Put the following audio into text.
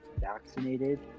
vaccinated